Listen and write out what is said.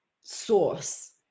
source